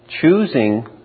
choosing